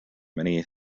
many